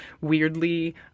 weirdly